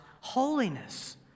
holiness